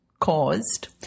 caused